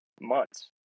months